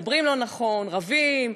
מדברים לא נכון, רבים,